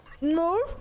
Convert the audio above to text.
No